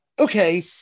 Okay